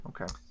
Okay